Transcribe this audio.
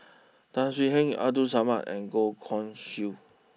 Tan Swie Hian Abdul Samad and Goh Guan Siew